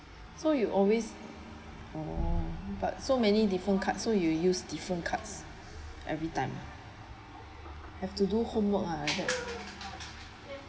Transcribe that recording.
so you always oh but so many different card so you use different card every time had to homework ah like that